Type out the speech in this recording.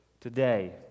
today